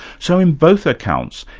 so in both accounts,